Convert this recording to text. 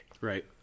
Right